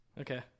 Okay